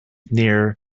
near